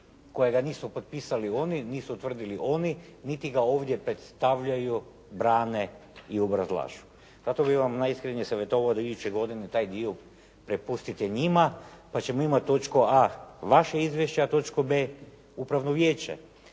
kojega nisu potpisali oni, nisu utvrdili oni niti ga ovdje predstavljaju, brane i obrazlažu. Zato bih vam najiskrenije savjetovao da iduće godine taj dio prepustiti njima, pa ćemo imati točku a vaše izvješće, a točku b upravno vijeće,